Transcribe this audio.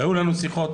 והיו לנו שיחות,